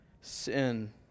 sin